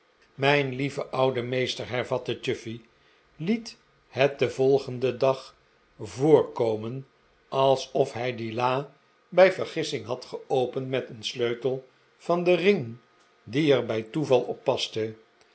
mijn lieve oude meester hervatte chuffey liet het den volgenden dag voorkomen alsof hij die la bij vergissing had geopend met een sleutel van den ring die er bij toeval op